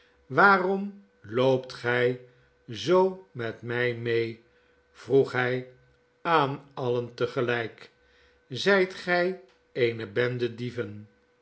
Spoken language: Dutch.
waarom loopt gij zoo metmijmee vroeg hjj aan alien tegelp zgt gij eene bende dieven